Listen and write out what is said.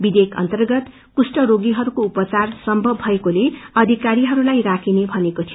विधेयक अर्न्तगत कुष्ठ रोगीहरूको उपचार सम्भव भएकोले अधिकारीहस्ताई राखिने भनिएको थियो